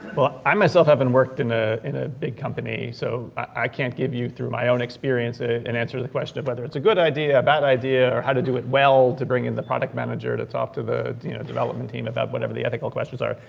well, i myself haven't worked in ah in a big company. so i can't give you through my own experience and answer the question of whether it's a good idea, a bad idea, or how to do it well, to bring in the product manager to talk to the development team about whatever the ethical questions are.